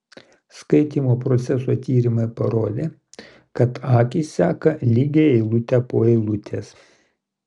skaitymo proceso tyrimai parodė kad akys seka lygiai eilutę po eilutės